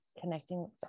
connecting